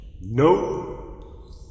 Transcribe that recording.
No